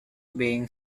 being